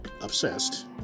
obsessed